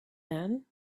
man